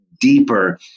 deeper